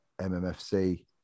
MMFC